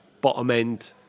bottom-end